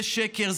זה שקר,